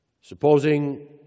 Supposing